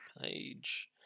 page